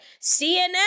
CNN